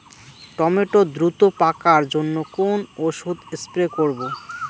Tomato দ্রুত পাকার জন্য কোন ওষুধ স্প্রে করব?